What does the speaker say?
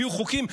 הביאו חוקים.